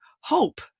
hope